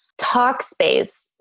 TalkSpace